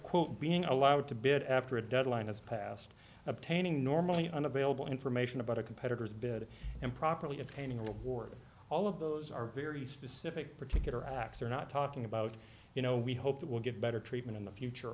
quote being allowed to bid after a deadline has passed obtaining normally unavailable information about a competitors bid improperly obtaining a reward all of those are very specific particular acts are not talking about you know we hope that will get better treatment in the future